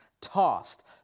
tossed